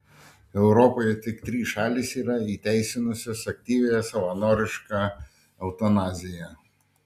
europoje tik trys šalys yra įteisinusios aktyviąją savanorišką eutanaziją